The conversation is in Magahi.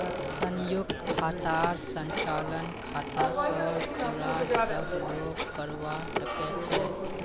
संयुक्त खातार संचालन खाता स जुराल सब लोग करवा सके छै